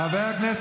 חברי המפלגה